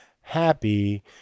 happy